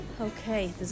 Okay